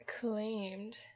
claimed